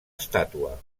estàtua